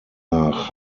nach